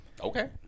Okay